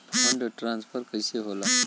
Fund transfer कैसे होला?